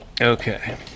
Okay